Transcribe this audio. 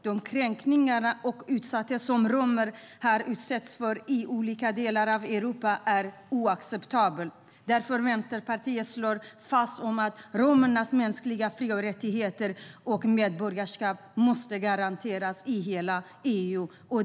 De kränkningar och den utsatthet som romer utsätts för i olika delar av Europa är oacceptabla. Därför slår Vänsterpartiet fast att romernas mänskliga fri och rättigheter och medborgarskap måste garanteras i hela EU.